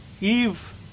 Eve